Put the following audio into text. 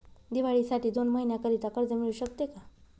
दिवाळीसाठी दोन महिन्याकरिता कर्ज मिळू शकते का?